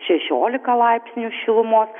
šešiolika laipsnių šilumos